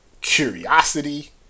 curiosity